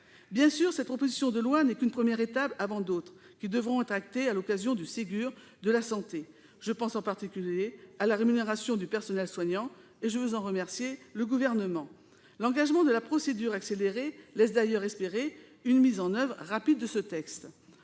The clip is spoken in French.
Bien sûr, cette proposition de loi n'est qu'une première étape, avant d'autres, qui devront être actées à l'occasion du Ségur de la santé. Je pense, en particulier, à la rémunération du personnel soignant, qu'il me soit permis d'en remercier le Gouvernement. L'engagement de la procédure accélérée laisse d'ailleurs espérer une mise en oeuvre rapide de ce texte.